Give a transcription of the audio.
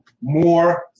more